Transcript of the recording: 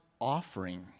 offering